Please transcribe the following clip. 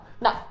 No